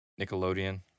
Nickelodeon